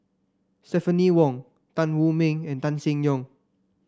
Stephanie Wong Tan Wu Meng and Tan Seng Yong